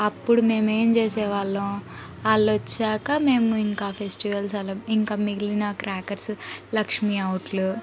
అప్పుడు మేమేం చేసేవాళ్ళం వాళ్ళు వచ్చాక మేము ఇంకా ఫెస్టివల్ సెలబ్ ఇంకా మిగిలిన క్రాకర్సు లక్ష్మీ అవుట్లు